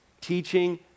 Teaching